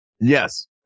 Yes